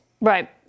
Right